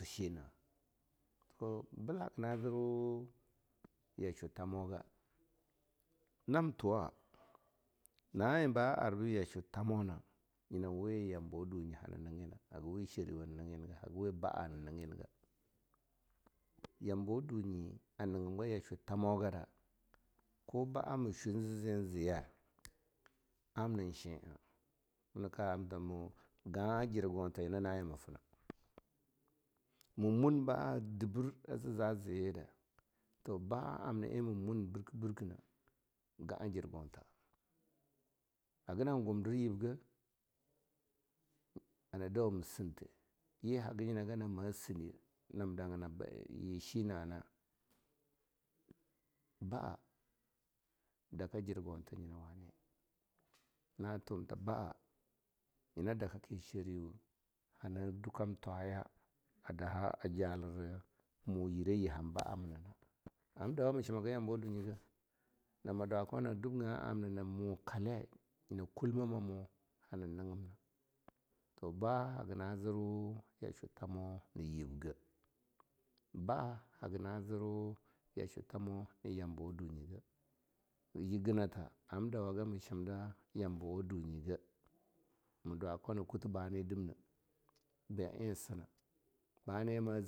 Shina bil haga na ziwu yashulu tamo ga, ham tuwa, na eh ba aibih yashwu tamo na nyina web yamawa dunyi hana niggi na, haga weh shariwah hana niggi ni ga, haga weh ba''ah hana niggi niga. yambawa sunyi a higgim gfa yashwu tamo gada, ko ba'ah ma shweh en ze zen ziya amna shi'ah, am na ka arimta mu ga'ah jirgontanyina na eh ma finah. Mu mun ba'ah dibira zeza zeyi da, toh ba'ah amna eh ma mun birki-birki na ga'ah jirgonta, haga nam gumdir yibge, hana dawum sinte, yi haga nyina gana ma siniye nam danga nayi shina nah. Ba'ah daka jirgonta nyina wani, na tuwam ta ba'ah nyina daka ki shariwoh hana dwa kam twaya a daha a jalira mu yire yi han ba'a miuna na. Am dawa mu shima ga yambawa dunyi geh, nama dwa koun na dub naa'am na na mo kale na kulmeh mamoh hana niggim na. Toh ba'ah haga zirwu yashwu na yibje, ba'ah haga na zirwu yashwu tamo yambawa dunyi ge. yiginata am dawa ga ma shimda yambawa dunyi geh, ma dwa koun na kutin bane dim nah, ba eh a si na? bana eh.